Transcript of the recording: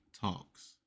talks